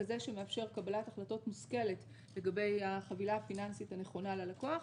כזה שמאפשר קבלת החלטות מושכלת לגבי החבילה הפיננסית הנכונה ללקוח.